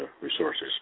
resources